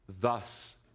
Thus